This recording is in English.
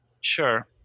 sure